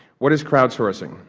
what is crowd sourcing?